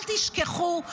אל תשכחו,